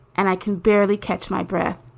and i can barely catch my breath.